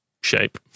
shape